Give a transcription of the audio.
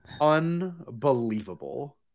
Unbelievable